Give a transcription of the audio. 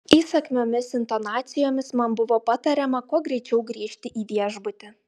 įsakmiomis intonacijomis man buvo patariama kuo greičiau grįžti į viešbutį